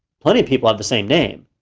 plenty of people have the same name,